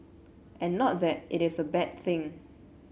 and not that it is a bad thing